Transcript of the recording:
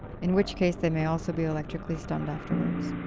in which case they may also be electrically stunned afterwards.